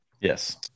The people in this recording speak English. Yes